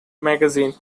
magazine